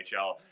NHL